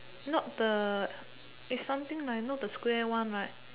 not the is something like not the square one right